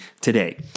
today